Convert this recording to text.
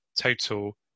total